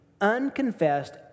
unconfessed